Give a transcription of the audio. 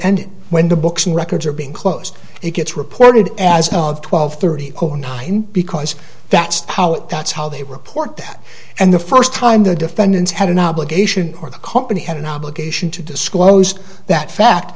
end when the books and records are being closed it gets reported as of twelve thirty nine because that's how it that's how they report that and the first time the defendants had an obligation or the company had an obligation to disclose that